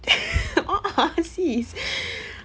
uh uh sis